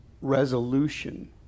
resolution